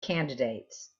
candidates